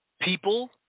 people